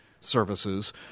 services